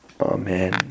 Amen